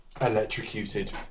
electrocuted